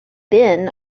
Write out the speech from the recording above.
been